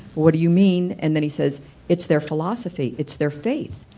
what do you mean? and then he says its their philosophy, it's their faith,